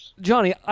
Johnny